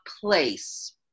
place